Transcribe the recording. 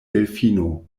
delfino